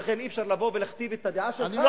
ולכן אי-אפשר לבוא ולהכתיב את הדעה שלך מכוח החוק,